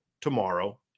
tomorrow